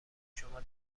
شما